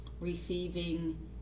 receiving